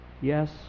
Yes